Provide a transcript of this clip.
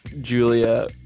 julia